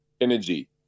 energy